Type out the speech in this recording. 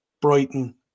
Brighton